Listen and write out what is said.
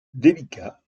délicat